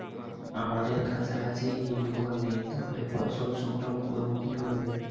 আমাদের কাছাকাছি হিমঘর নেই তাহলে ফসল সংগ্রহ করবো কিভাবে?